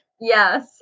Yes